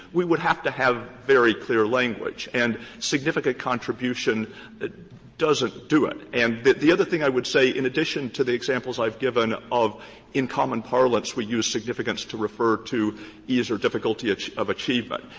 we would have to have very clear language and significant contribution doesn't do it. and the other thing i would say in addition to the examples i've given of in common parlance, we use significance to refer to ease or difficulty of achievement,